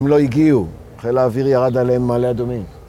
הם לא הגיעו, חיל האוויר ירד עליהם ממעלה אדומים.